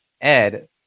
ed